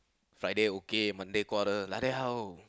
Friday okay Monday quarrel like that how